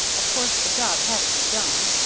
of course the job had to be done,